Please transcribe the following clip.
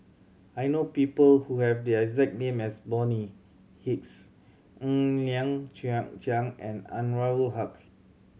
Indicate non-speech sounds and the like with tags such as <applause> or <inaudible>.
I know people who have the exact name as Bonny Hicks Ng Liang <unintelligible> Chiang and Anwarul Haque